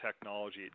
technology